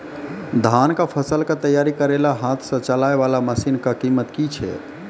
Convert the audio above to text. धान कऽ फसल कऽ तैयारी करेला हाथ सऽ चलाय वाला मसीन कऽ कीमत की छै?